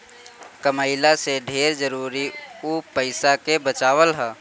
कमइला से ढेर जरुरी उ पईसा के बचावल हअ